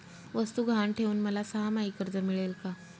वस्तू गहाण ठेवून मला सहामाही कर्ज मिळेल का?